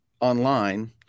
online